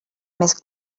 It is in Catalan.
més